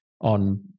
on